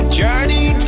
journey